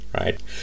right